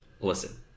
Listen